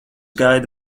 gaida